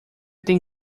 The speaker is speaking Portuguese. tem